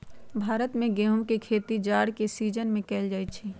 भारत में गेहूम के खेती जाड़ के सिजिन में कएल जाइ छइ